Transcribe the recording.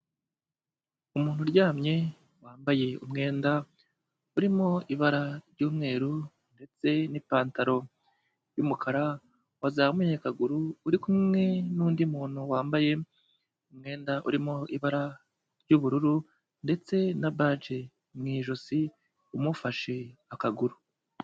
Umuntu uryamye wambaye umwenda urimo ibara ry'umweru ndetse n'ipantaro y'umukara, wazamuye akaguru uri kumwe n'undi muntu wambaye umwenda urimo ibara ry'ubururu ndetse na baje mu ijosi, umufashe akaguru.